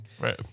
Right